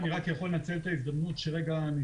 אם אני יכול לנצל את ההזדמנות שפתחו